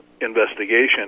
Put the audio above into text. investigation